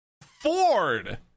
Ford